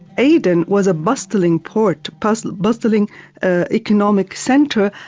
aden was a bustling port, plus a bustling ah economic centre,